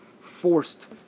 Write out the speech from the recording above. forced